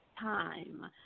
time